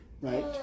right